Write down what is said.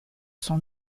son